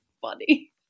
funny